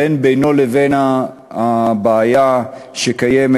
ואין בינו לבין הבעיה שקיימת,